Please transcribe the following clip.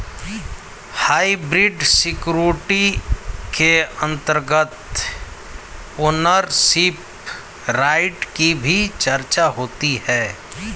hybrid security के अंतर्गत ownership right की भी चर्चा होती है